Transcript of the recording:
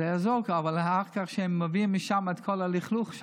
זה יעזור, אבל אחר כך הם מביאים משם את כל הלכלוך.